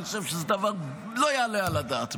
אני חושב שזה דבר שלא יעלה על הדעת.